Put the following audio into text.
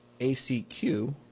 ACQ